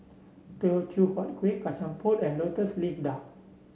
Teochew Huat Kuih Kacang Pool and lotus leaf duck